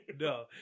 No